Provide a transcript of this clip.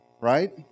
right